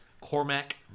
Cormac